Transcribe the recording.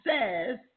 says